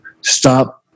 Stop